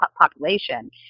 population